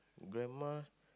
grandma